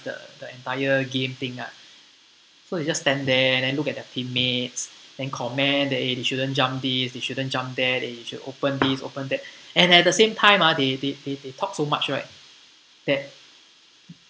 the the entire game thing ah so you just stand there and look at their teammates then comment that eh they shouldn't jump this they shouldn't jump there you should open this open that and at the same time ah they they they talk so much right that